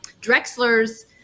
Drexler's